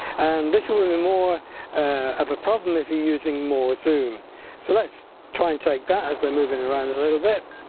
and this will be more of a problem if you're using more zoom so let's try and take that as they're moving around a little bit